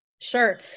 Sure